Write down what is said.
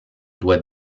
doit